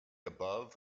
above